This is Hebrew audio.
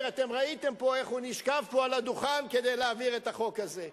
ראיתם איך הוא נשכב פה על הדוכן כדי להעביר את החוק הזה.